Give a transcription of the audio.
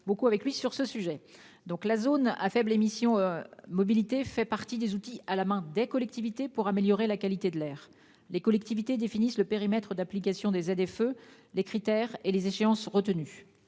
beaucoup avec lui sur ce sujet. La zone à faibles émissions mobilité fait partie des outils à la main des collectivités territoriales pour améliorer la qualité de l'air. Ces dernières définissent le périmètre d'application des ZFE, les critères et les échéances retenus.